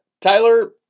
Tyler